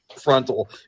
frontal